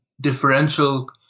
differential